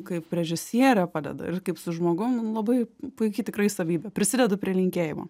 kaip režisiere padedu ir kaip su žmogum nu labai puiki tikrai savybė prisidedu prie linkėjimų